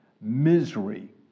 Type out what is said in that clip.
misery